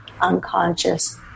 unconscious